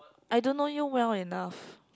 I don't know you well enough